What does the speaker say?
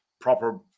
proper